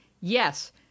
yes